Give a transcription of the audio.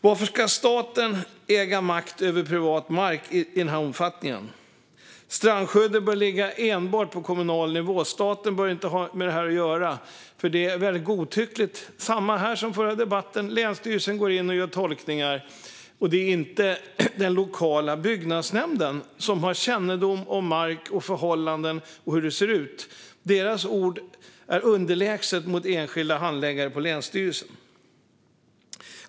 Varför ska staten äga makt över privat mark i den här omfattningen? Strandskyddet bör ligga enbart på kommunal nivå. Staten bör inte ha med det här att göra, för det är väldigt godtyckligt. Det är samma här som i förra debatten, att länsstyrelsen går in och gör tolkningar och inte den lokala byggnadsnämnden som har kännedom om mark och hur förhållandena ser ut. Deras ord är underlägsna enskilda handläggares på länsstyrelsen.